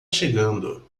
chegando